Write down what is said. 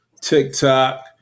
TikTok